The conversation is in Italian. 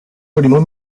primo